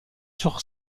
sur